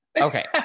Okay